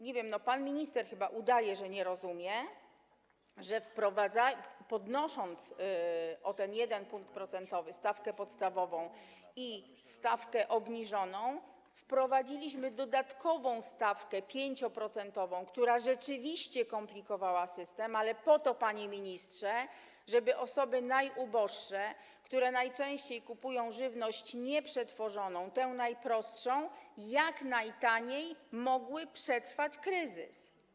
Nie wiem, pan minister chyba udaje, że nie rozumie, że podnosząc o ten jeden punkt procentowy stawkę podstawową i stawkę obniżoną, wprowadziliśmy dodatkową 5-procentową stawkę, która rzeczywiście komplikowała system, ale po to, panie ministrze, żeby osoby najuboższe, które najczęściej kupują żywność nieprzetworzoną, tę najprostszą, jak najtaniej, mogły przetrwać kryzys.